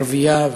ערבייה,